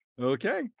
Okay